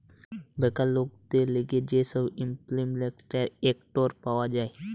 বেকার লোকদের লিগে যে সব ইমল্পিমেন্ট এক্ট পাওয়া যায়